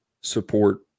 support